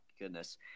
goodness